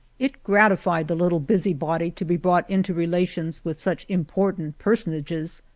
it gratified the little busybody to be brought into relations with such im portant personages,